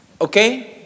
Okay